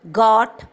got